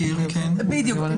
בדיוק.